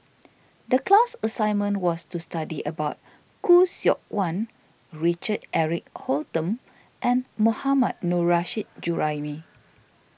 the class assignment was to study about Khoo Seok Wan Richard Eric Holttum and Mohammad Nurrasyid Juraimi